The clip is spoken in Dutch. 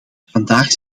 vandaag